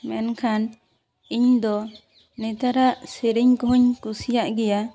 ᱢᱮᱱᱠᱷᱟᱱ ᱤᱧ ᱫᱚ ᱱᱮᱛᱟᱨᱟᱜ ᱥᱮᱨᱮᱧ ᱠᱚᱦᱚᱧ ᱠᱩᱥᱤᱭᱟᱜ ᱜᱮᱭᱟ